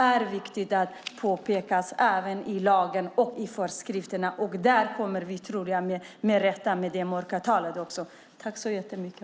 Det ska påpekas i både lagen och föreskrifterna. Därmed tror jag att vi också kommer till rätta med mörkertalet.